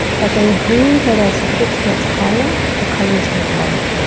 but they agree that as the pitch gets higher, the colours get lighter.